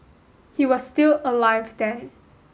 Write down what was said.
he was still alive then